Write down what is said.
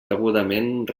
degudament